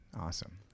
awesome